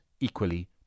equally